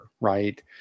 right